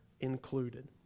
included